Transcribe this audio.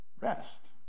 rest